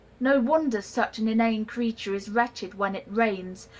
no wonder such an inane creature is wretched when it rains,